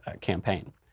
campaign